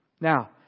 Now